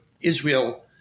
Israel